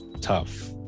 tough